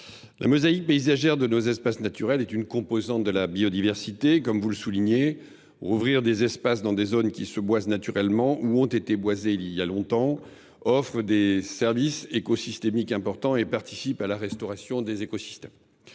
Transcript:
la mosaïque paysagère de nos espaces naturels est une composante de la biodiversité. Vous l’avez souligné : en ouvrant des espaces dans des zones qui se boisent naturellement ou ont été boisées il y a longtemps, on offre des services écosystémiques importants. On participe même à la restauration des écosystèmes.